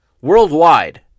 worldwide